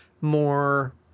More